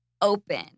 open